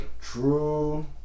True